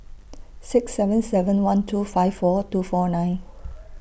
six seven seven one two five four two four nine